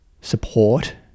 support